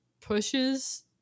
pushes